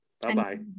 Bye-bye